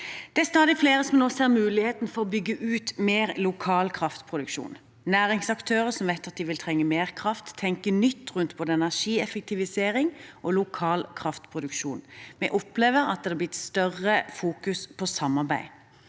Det er stadig flere som nå ser muligheten til å bygge ut mer lokal kraftproduksjon. Næringsaktører som vet at de vil trenge mer kraft, tenker nytt rundt både energieffektivisering og lokal kraftproduksjon. Vi opplever at det er blitt mer fokus på samarbeid.